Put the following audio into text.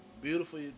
beautiful